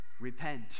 repent